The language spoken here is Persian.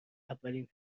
اولین